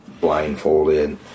blindfolded